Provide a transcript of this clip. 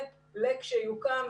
ולכשתוקם,